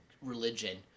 religion